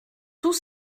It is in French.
tout